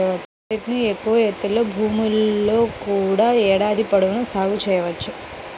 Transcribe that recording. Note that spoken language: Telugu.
క్యారెట్ను ఎక్కువ ఎత్తులో భూముల్లో కూడా ఏడాది పొడవునా సాగు చేయవచ్చు